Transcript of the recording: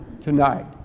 tonight